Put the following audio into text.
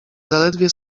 zaledwie